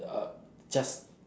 uh just